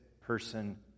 person